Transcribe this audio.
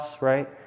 right